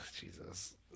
Jesus